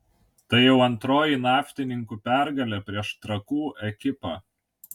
tai jau antroji naftininkų pergalė prieš trakų ekipą